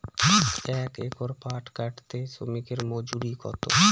এক একর পাট কাটতে শ্রমিকের মজুরি কত?